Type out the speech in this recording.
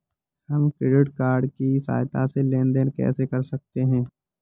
हम credit card की सहायता से लेन देन कैसे कर सकते हैं?